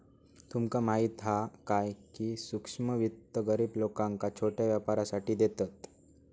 तुमका माहीत हा काय, की सूक्ष्म वित्त गरीब लोकांका छोट्या व्यापारासाठी देतत